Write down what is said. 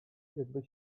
jakby